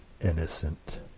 innocent